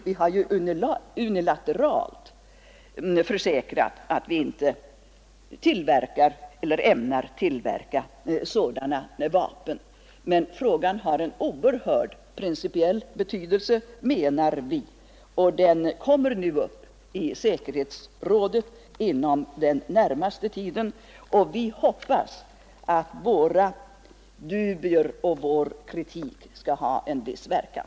Vi har ju unilateralt försäkrat att vi inte tillverkar eller ämnar tillverka sådana vapen. Vi menar dock att kontollfrågorna har en oerhörd principiell betydelse. De kommer inom den närmaste tiden upp i säkerhetsrådet, och vi hoppas att våra dubier och vår kritik skall ha en viss verkan.